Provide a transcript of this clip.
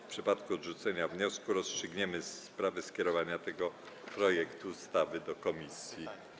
W przypadku odrzucenia wniosku rozstrzygniemy sprawę skierowania tego projektu ustawy do komisji.